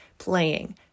playing